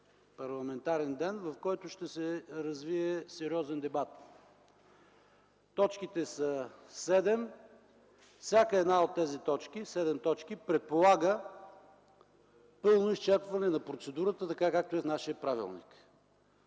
парламентарен ден, в който ще се развие сериозен дебат. Точките са седем. Всяка една от тези седем точки предполага пълно изчерпване на процедурата, както е в нашия правилник